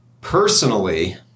Personally